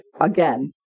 again